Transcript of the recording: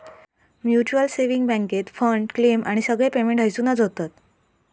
mutual saving बॅन्केत fund, claim आणि सगळे पेमेंट हयसूनच होतत